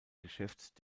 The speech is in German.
geschäft